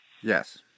Yes